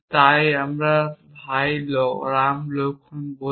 যদি আমি ভাই রাম লক্ষ্মণ বলি